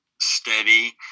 steady